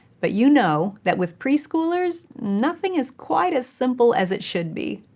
but you know that with preschoolers, nothing is quite as simple as it should be.